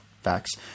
facts